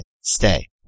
Stay